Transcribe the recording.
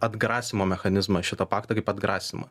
atgrasymo mechanizmą šito pakto kaip atgrasymą